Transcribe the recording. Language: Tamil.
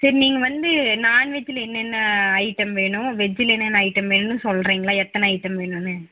சரி நீங்கள் வந்து நான் வெஜ்ஜில் என்னென்ன ஐட்டம் வேணும் வெஜ்ஜில் என்னென்ன ஐட்டம் வேணும்னு சொல்லுறிங்களா எத்தனை ஐட்டம் வேணும்னு